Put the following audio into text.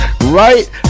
right